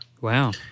Wow